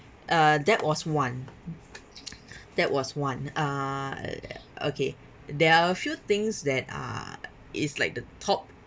uh that was one that was one uh okay there are a few things that uh is like the top